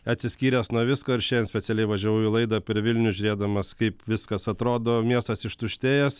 atsiskyręs nuo visko ir šiandien specialiai važiavau į laidą per vilnių žiūrėdamas kaip viskas atrodo miestas ištuštėjęs